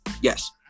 Yes